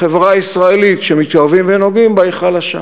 החברה הישראלית, כשמתקרבים ונוגעים בה, היא חלשה.